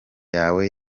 yawe